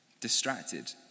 distracted